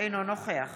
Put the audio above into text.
אינו נוכח